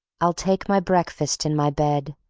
i'll take my breakfast in my bed,